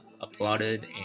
applauded